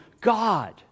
God